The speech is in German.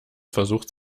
versucht